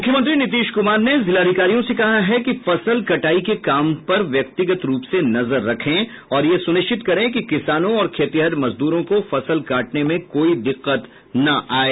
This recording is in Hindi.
मुख्यमंत्री नीतीश कुमार ने जिलाधिकारियों से कहा है कि फसल कटाई के काम पर व्यक्तिगत रूप से नजर रखें और यह सुनिश्चित करें कि किसानों और खेतीहर मजदूरों को फसल काटने में कोई दिक्कत न आये